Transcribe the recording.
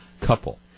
couple